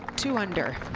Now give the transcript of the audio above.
two under